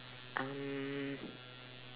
um